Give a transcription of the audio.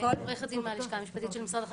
מהלשכה המשפטית של משרד החקלאות.